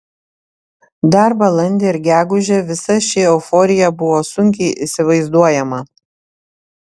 dar balandį ir gegužę visa ši euforija buvo sunkiai įsivaizduojama